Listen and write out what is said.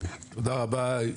תודה רבה,